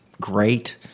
great